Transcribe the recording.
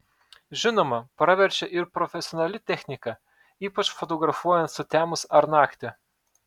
žinoma praverčia ir profesionali technika ypač fotografuojant sutemus ar naktį